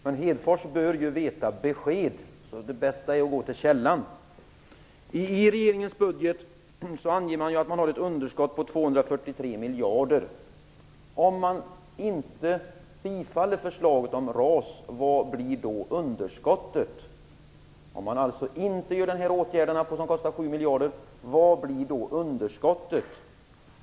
Men Hedfors bör ju veta besked, så det bästa är ju att gå till källan. I regeringens budget anges ett underskott på 243 miljarder. Om man inte bifaller förslaget om RAS, vad blir då underskottet? Om man alltså inte vidtar denna åtgärd som kostar 7 miljarder, vad blir då underskottet?